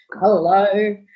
Hello